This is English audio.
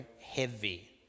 heavy